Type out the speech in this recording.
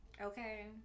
Okay